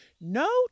No